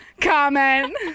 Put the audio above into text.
comment